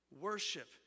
Worship